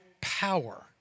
power